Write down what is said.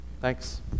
Thanks